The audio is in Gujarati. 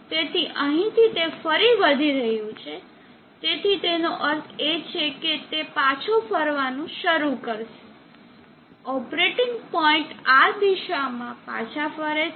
તેથી અહીંથી તે ફરી વધી રહ્યું છે તેથી તેનો અર્થ છે કે તે પાછો ફરવાનું શરૂ કરશે ઓપરેટિંગ પોઇન્ટ્સ આ દિશામાં પાછા ફરે છે